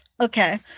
Okay